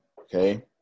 okay